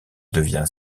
devient